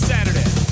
Saturday